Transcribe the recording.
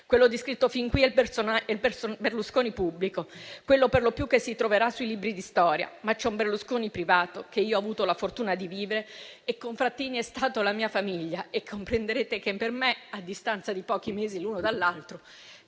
Quello descritto fin qui è il Berlusconi pubblico, quello per lo più che si troverà sui libri di storia. Ma c'è un Berlusconi privato che ho avuto la fortuna di vivere e, con Frattini, è stato la mia famiglia. Quindi comprenderete che per me, a distanza di pochi mesi l'uno dall'altro,